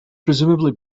presumably